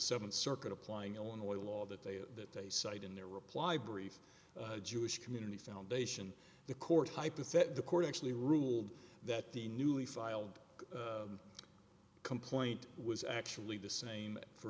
seventh circuit applying illinois law that they that they cited in their reply brief jewish community foundation the court hypothetic the court actually ruled that the newly filed a complaint was actually the same for